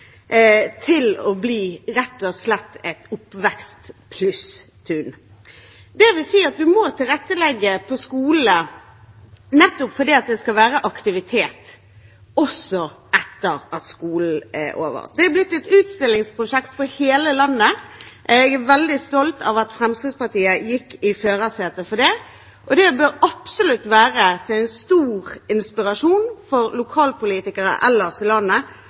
slett å bli et oppveksttun. Man må tilrettelegge i skolen for at det skal være aktivitet, også etter at skoledagen er over, og det har blitt et utstillingsprosjekt for hele landet. Jeg er veldig stolt over at Fremskrittspartiet satt i førersetet for det, og det bør absolutt være til stor inspirasjon for lokalpolitikere ellers i landet